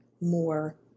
more